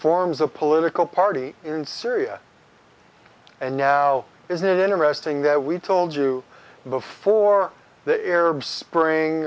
forms a political party in syria and now is that interesting that we told you before the arab spring